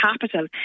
capital